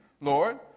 Lord